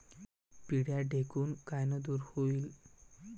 पिढ्या ढेकूण कायनं दूर होईन?